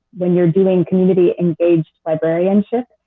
when you are doing community engaged librarianship,